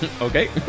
Okay